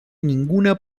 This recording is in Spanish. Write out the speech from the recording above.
ninguna